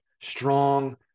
strong